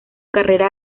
carrera